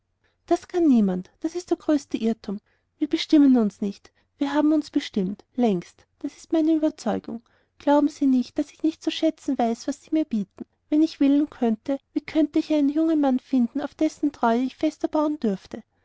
das kann niemand das ist der große irrtum wir bestimmen uns nicht wir haben uns bestimmt längst das ist meine überzeugung glauben sie nicht daß ich nicht zu schätzen weiß was sie mir bieten wenn ich wählen könnte wie könnte ich einen jungen mann finden auf dessen treue ich fester bauen dürfte